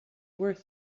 worth